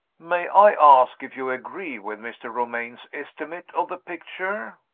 may i ask if you agree with mr. romayne's estimate of the picture?